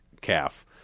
calf